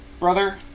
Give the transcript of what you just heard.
brother